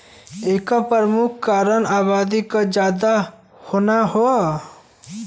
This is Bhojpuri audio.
एकर परमुख कारन आबादी के जादा होना हौ